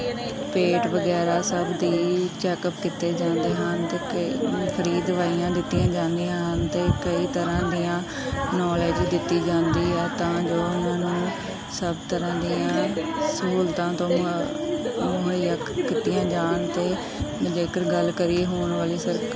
ਪੇਟ ਵਗੈਰਾ ਸਭ ਦੇ ਚੈੱਕਅਪ ਕੀਤੇ ਜਾਂਦੇ ਹਨ ਅਤੇ ਕਈ ਫਰੀ ਦਵਾਈਆਂ ਦਿੱਤੀਆਂ ਜਾਂਦੀਆਂ ਹਨ ਅਤੇ ਕਈ ਤਰ੍ਹਾਂ ਦੀਆਂ ਨੋਲਿਜ ਦਿੱਤੀ ਜਾਂਦੀ ਹੈ ਤਾਂ ਜੋ ਉਹਨਾਂ ਨੂੰ ਸਭ ਤਰ੍ਹਾਂ ਦੀਆਂ ਸਹੂਲਤਾਂ ਦਵਾਂ ਮੁਹੱਈਆਂ ਕੀਤੀਆਂ ਜਾਣ ਅਤੇ ਜੇਕਰ ਗੱਲ ਕਰੀਏ ਹੋਣ ਵਾਲੀ ਸਰਕ